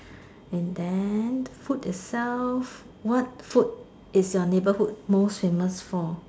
and then food itself what food is your neighbourhood most famous for